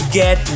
get